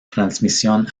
transmisión